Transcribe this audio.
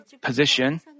position